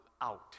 out